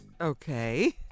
Okay